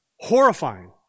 Horrifying